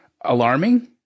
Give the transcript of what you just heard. alarming